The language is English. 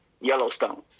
Yellowstone